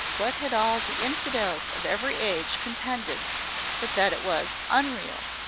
what had all the infidels of every age contended but that it was unreal,